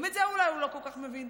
גם את זה הוא אולי לא כל כך מבין.